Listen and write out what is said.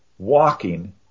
Walking